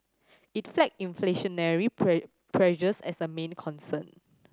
it flagged inflationary pressures as a main concern